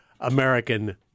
American